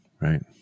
Right